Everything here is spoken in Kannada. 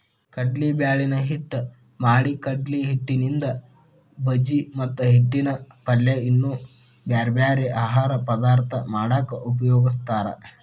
ಕಡ್ಲಿಬ್ಯಾಳಿನ ಹಿಟ್ಟ್ ಮಾಡಿಕಡ್ಲಿಹಿಟ್ಟಿನಿಂದ ಬಜಿ ಮತ್ತ ಹಿಟ್ಟಿನ ಪಲ್ಯ ಇನ್ನೂ ಬ್ಯಾರ್ಬ್ಯಾರೇ ಆಹಾರ ಪದಾರ್ಥ ಮಾಡಾಕ ಉಪಯೋಗಸ್ತಾರ